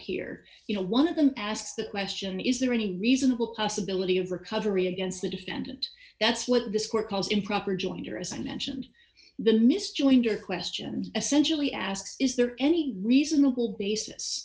here you know one of them asks the question is there any reasonable possibility of recovery against the defendant that's what this court calls improper joined or as i mentioned the miss jointer questions essentially ask is there any reasonable basis